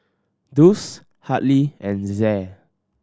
Dulce Hartley and Zaire